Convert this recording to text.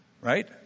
right